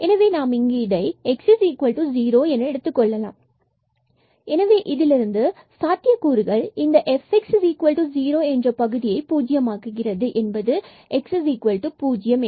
எனவே நாம் இங்கு இதை x0 என எடுத்துக்கொள்ளலாம் எனவே இதிலிருந்து இந்த fx0 பகுதியை பூஜ்யமாக்கும் சாத்தியக்கூறுகள் என்பது x பூஜ்யம்